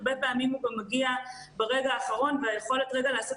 הרבה פעמים הוא גם מגיע ברגע האחרון והיכולת לעשות